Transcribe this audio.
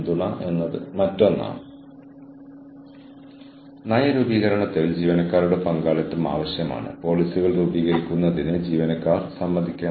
performance management സമ്പ്രദായങ്ങൾ നെറ്റ്വർക്കിന്റെ തലത്തിൽ ഓരോ സ്ഥാപനത്തിനും കാര്യക്ഷമത ടാർഗെറ്റ് സജ്ജീകരിച്ച് പ്രതിവാരം പ്രകടനം അളക്കുന്നു